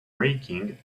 raking